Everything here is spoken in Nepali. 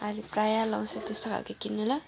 आहिले प्रायः लाउँछ त्यस्तो खालको किन्नु ल